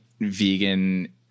vegan